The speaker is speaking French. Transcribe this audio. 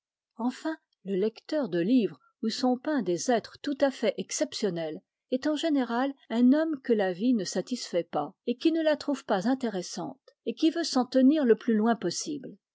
enfin le lecteur de livres où sont peints des êtres tout à fait exceptionnels est en général un homme que la vie ne satisfait pas et qui ne la trouve pas intéressante et qui veut s'en tenir le plus loin possible